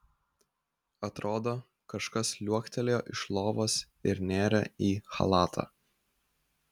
atrodo kažkas liuoktelėjo iš lovos ir nėrė į chalatą